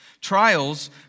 Trials